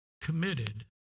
committed